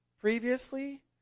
previously